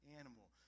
animal